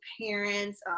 parents